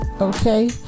Okay